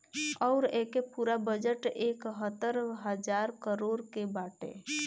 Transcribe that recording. अउर एके पूरा बजट एकहतर हज़ार करोड़ के बाटे